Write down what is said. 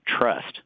trust